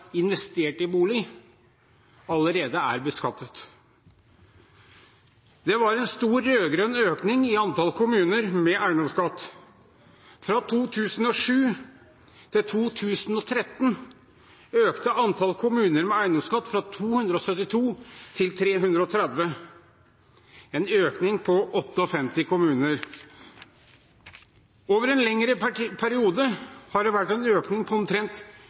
investert i bolig, allerede er beskattet. Det var en stor rød-grønn økning i antall kommuner med eiendomsskatt. Fra 2007 til 2013 økte antallet kommuner med eiendomsskatt fra 272 til 330, en økning på 58 kommuner. Over en lengre periode har det vært en økning på omtrent